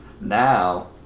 now